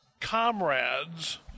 comrades